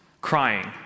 crying